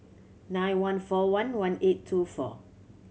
nine one four one one eight two four